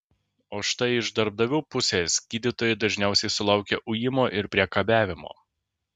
o štai iš darbdavių pusės gydytojai dažniausiai sulaukia ujimo ir priekabiavimo